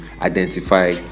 identify